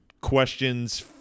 questions